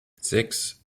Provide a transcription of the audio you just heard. sechs